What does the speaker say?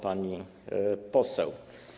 Pani Poseł!